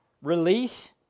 release